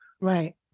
Right